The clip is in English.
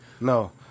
No